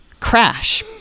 Crash